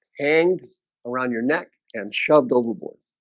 hang around your neck and shoved overboard